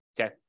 okay